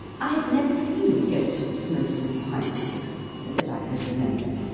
i had never seen a ghost smoking a pipe before, that i could remember,